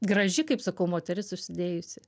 graži kaip sakau moteris užsidėjusi